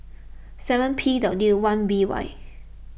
seven P W one B Y